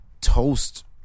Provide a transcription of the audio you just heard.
Toast